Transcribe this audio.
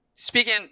Speaking